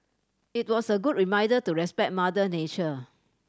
it was a good reminder to respect mother nature